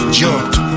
jumped